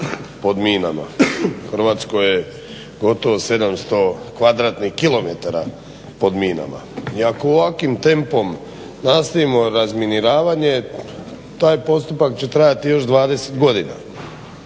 Hrvatskoj je gotovo 700 km2 pod minama i ako ovakvim tempom nastavimo razminiravanje taj postupak će trajati još 20 godina